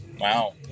Wow